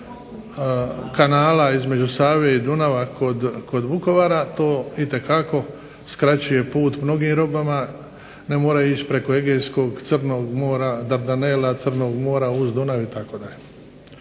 kanala između Save i Dunava kod Vukovara, to itekako skraćuje put mnogim robama, ne moraju ići preko Egejskog, Crnog mora, Dardanela, uz Dunav itd.